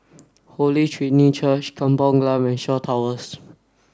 Holy Trinity Church Kampung Glam and Shaw Towers